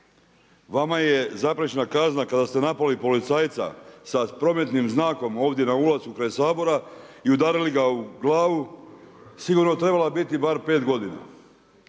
Vama je zapriječena kazna kada ste napali policajca sa prometnim znakom ovdje na ulazu kraj Sabora i udarali ga u glavu sigurno trebala biti bar pet godina,